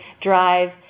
drive